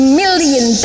million